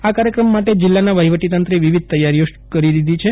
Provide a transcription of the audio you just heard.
આ કાર્યક્રમ માટે જીલ્લાના વહીવટીતંત્રે વિવિધ તૈયારીઓ કરી છે